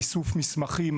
איסוף מסמכים,